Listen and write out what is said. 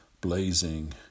blazing